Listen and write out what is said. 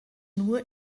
nur